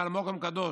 ועל מקום קדוש,